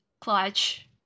clutch